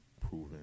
proven